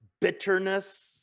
bitterness